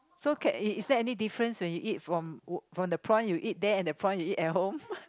so can is is there any difference when you eat from from the prawn you eat there and the prawn you eat at home